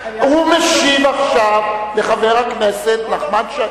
הוא משיב עכשיו לחבר הכנסת נחמן שי.